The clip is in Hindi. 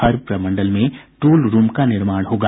हर प्रमंडल में टूल रूम का निर्माण होगा